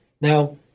Now